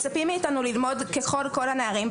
מצפים מאיתנו ללמוד ככל הנערים,